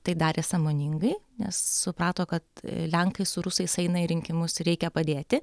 tai darė sąmoningai nes suprato kad lenkai su rusais eina į rinkimus ir reikia padėti